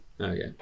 Okay